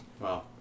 Wow